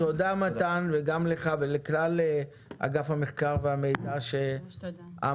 תודה לך ולכלל מרכז המחקר והמידע של הכנסת,